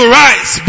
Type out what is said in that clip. rise